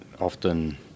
often